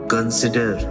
Consider